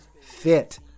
fit